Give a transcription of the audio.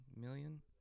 million